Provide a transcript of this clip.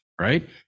right